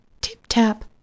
Tip-tap